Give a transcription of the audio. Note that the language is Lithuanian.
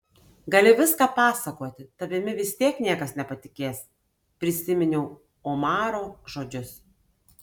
gali viską pasakoti tavimi vis tiek niekas nepatikės prisiminiau omaro žodžius